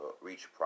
reach